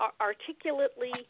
articulately